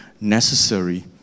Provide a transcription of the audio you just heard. necessary